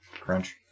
Crunch